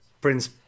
Prince